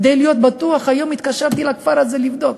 כדי להיות בטוח, היום התקשרתי לכפר הזה לבדוק.